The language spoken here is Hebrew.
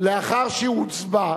לאחר שהוצבע,